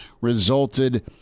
resulted